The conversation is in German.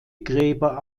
gräber